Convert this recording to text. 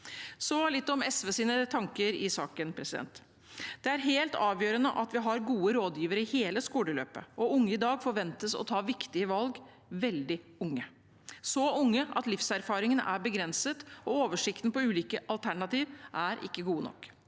si litt om SVs tanker i saken. Det er helt avgjørende at vi har gode rådgivere i hele skoleløpet. Unge i dag forventes å ta viktige valg når de er veldig unge – så unge at livserfaringen er begrenset og oversikten over ulike alternativ ikke er god nok.